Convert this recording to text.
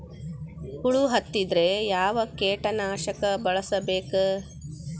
ಹುಳು ಹತ್ತಿದ್ರೆ ಯಾವ ಕೇಟನಾಶಕ ಬಳಸಬೇಕ?